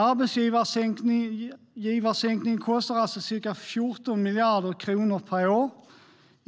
Arbetsgivaravgiftssänkningen kostar alltså ca 14 miljarder kronor per år.